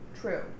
True